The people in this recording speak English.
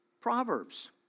Proverbs